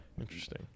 Interesting